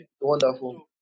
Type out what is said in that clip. wonderful